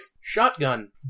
Shotgun